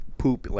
poop